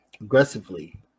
aggressively